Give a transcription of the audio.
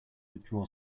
withdraw